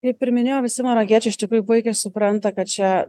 kaip ir minėjau visi marokiečiai iš tikrųjų puikiai supranta kad čia